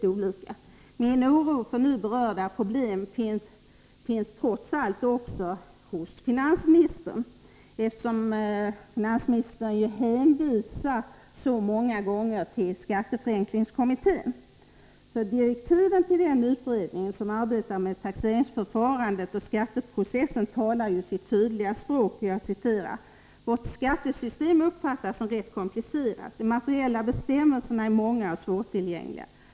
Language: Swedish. Nåväl, min oro för de nu berörda problemen finns trots allt också hos finansministern, eftersom finansministern så många gånger hänvisar till skatteförenklingskommittén. Direktiven till den utredning som arbetar med taxeringsförfarandet och skatteprocessen talar sitt tydliga språk: ”Vårt skattesystem uppfattas med rätta som komplicerat. De materiella bestämmelserna är många och inte sällan svårtillgängliga.